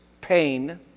pain